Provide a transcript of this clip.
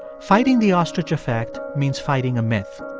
fighting the ostrich effect means fighting a myth.